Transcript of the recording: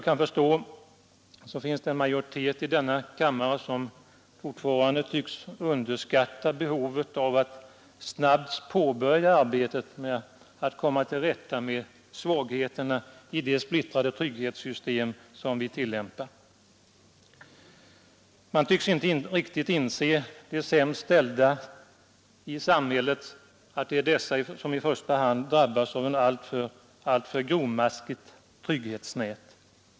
En majoritet i denna kammare tycks fortfarande underskatta behovet av att påbörja arbetet med att komma till rätta med svagheterna i det splittrade trygghetssystem som vi tillämpar. Man tycks inte inse att i första hand de sämst ställda i samhället drabbas av bristerna i ett alltför grovmaskigt trygghetsnät.